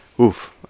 Oof